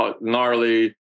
gnarly